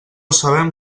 sabem